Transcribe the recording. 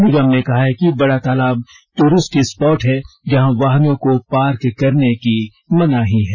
निगम ने कहा है कि बड़ा तालाब टूरिस्ट स्पॉट है जहां वाहनों को पार्क करने की मनाही है